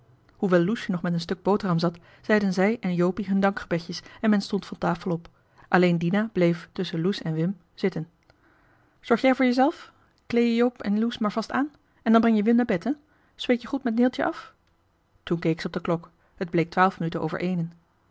hoewel loesje nog met een stuk boterham zat zeiden zij en jopie hun dankgebedjes en men stond van tafel op alleen dina bleef tusschen loes en wim zitten zorg jij voor jezelf klee je joop en loes maar vast aan en dan breng je wim naar bed hè spreek je goed met neeltje af toen keek ze op de klok t bleek twaalf minuten over eenen